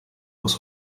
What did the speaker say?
aus